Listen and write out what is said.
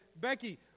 Becky